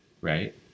right